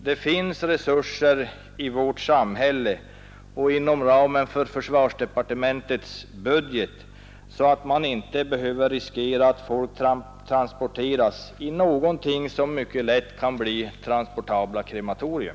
Det finns resurser i vårt samhälle och inom ramen för försvarsdepartementets budget, så att man inte behöver ta risken att transportera folk i någonting som mycket lätt kan bli transportabla krematorier.